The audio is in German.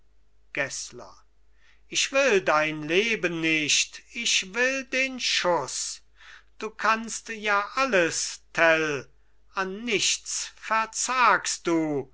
ich will dein leben nicht ich will den schuss du kannst ja alles tell an nichts verzagst du